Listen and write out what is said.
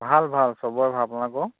ভাল ভাল চবৰে ভাল আপোনালোকৰ